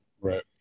Right